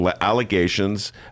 allegations